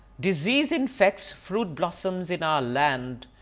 disease infects fruit blossoms in our land.